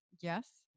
Yes